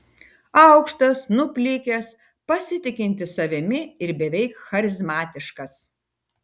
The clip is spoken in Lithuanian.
aukštas nuplikęs pasitikintis savimi ir beveik charizmatiškas